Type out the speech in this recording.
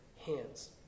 hands